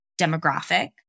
demographic